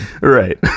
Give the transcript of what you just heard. right